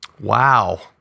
Wow